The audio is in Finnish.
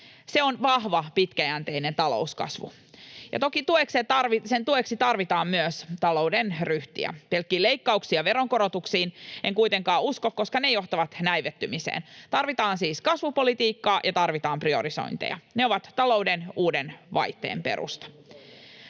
Se on vahva, pitkäjänteinen talouskasvu, ja toki sen tueksi tarvitaan myös talouden ryhtiä. Pelkkiin leikkauksiin ja veronkorotuksiin en kuitenkaan usko, koska ne johtavat näivettymiseen. Tarvitaan siis kasvupolitiikkaa ja tarvitaan priorisointeja. Ne ovat talouden uuden vaihteen perusta.